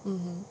mmhmm